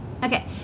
Okay